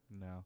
No